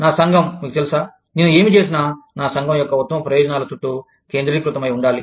నా సంఘం మీకు తెలుసా నేను ఏమి చేసినా నా సంఘం యొక్క ఉత్తమ ప్రయోజనాల చుట్టూ కేంద్రీకృతమై ఉండాలి